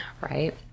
Right